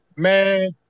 Man